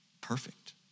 perfect